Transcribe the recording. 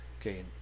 Okay